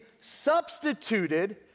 substituted